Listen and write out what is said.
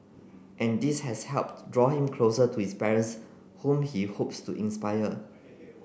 and this has helped draw him closer to his parents whom he hopes to inspire